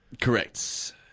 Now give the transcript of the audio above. Correct